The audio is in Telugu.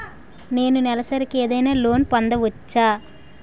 నేను నెలసరిగా ఏదైనా లోన్ పొందవచ్చా?